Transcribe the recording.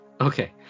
Okay